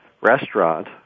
restaurant